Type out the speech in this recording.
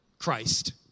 Christ